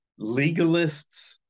legalists